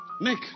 Nick